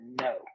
no